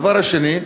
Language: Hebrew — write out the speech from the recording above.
הדבר השני,